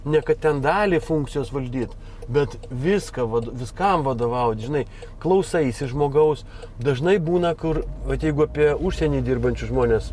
ne kad ten dalį funkcijos valdyt bet viską vat viskam vadovaut žinai klausaisi žmogaus dažnai būna kur vat jeigu apie užsieny dirbančius žmones